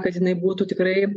kad jinai būtų tikrai